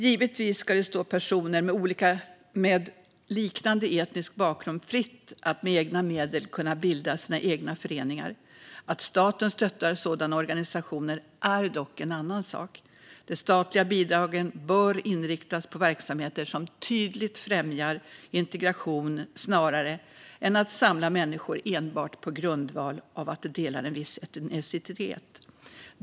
Givetvis ska det stå personer med liknande etnisk bakgrund fritt att med egna medel bilda sina egna föreningar. Att staten stöttar sådana organisationer är dock en annan sak. De statliga bidragen bör inriktas på verksamheter som tydligt främjar integration snarare än att samla människor enbart på grundval av att de delar en viss etnicitet.